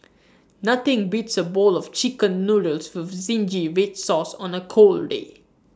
nothing beats A bowl of Chicken Noodles with Zingy Red Sauce on A cold day